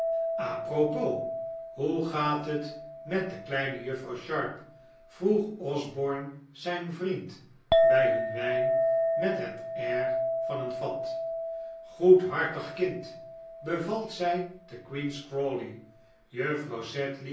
a propos hoe gaat het met de kleine juffrouw sharp vroeg osborne zijn vriend bij hun wijn met het air van een fat goedhartig kind bevalt zij te queen's crawley juffrouw